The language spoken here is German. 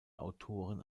autoren